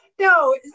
No